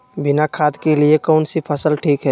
बिना खाद के लिए कौन सी फसल ठीक है?